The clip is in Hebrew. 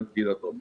הגב' דינה דומיניץ.